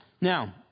Now